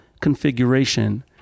configuration